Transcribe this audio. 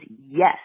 yes